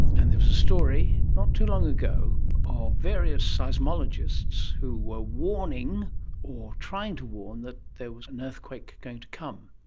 and there was a story not too long ago of various seismologists who were warning or trying to warn that there was an earthquake going to come,